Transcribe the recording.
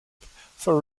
for